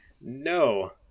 No